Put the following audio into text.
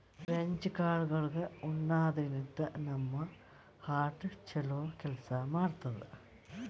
French ಕಾಳ್ಗಳ್ ಉಣಾದ್ರಿನ್ದ ನಮ್ ಹಾರ್ಟ್ ಛಲೋ ಕೆಲ್ಸ್ ಮಾಡ್ತದ್